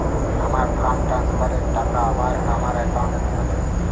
আমার fund transfer এর টাকা আবার আমার একাউন্টে ফেরত এসেছে